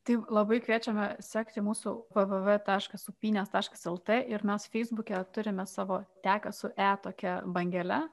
tai labai kviečiame sekti mūsų v v v upynės taškas el t ir mes feisbuke turime savo teka su e tokia bangele